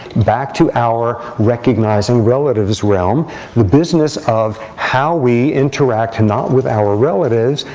back to our recognizing relatives realm the business of how we interact not with our relatives,